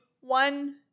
one